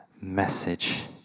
message